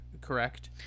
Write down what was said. correct